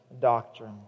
doctrine